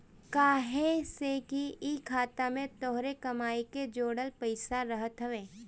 काहे से कि इ खाता में तोहरे कमाई के जोड़ल पईसा रहत हवे